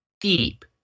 deep